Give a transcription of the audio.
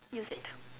use it